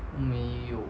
没有